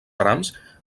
trams